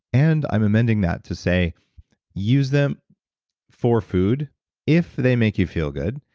and, i'm amending that to say use them for food if they make you feel good,